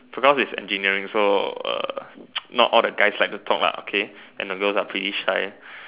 because its engineering so uh not all the guys like to talk okay and the girls are pretty shy